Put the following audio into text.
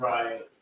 Right